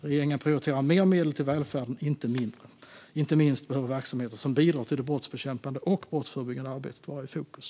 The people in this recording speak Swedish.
Regeringen prioriterar mer medel till välfärden, inte mindre. Inte minst behöver verksamheter som bidrar till det brottsbekämpande och brottsförebyggande arbetet vara i fokus.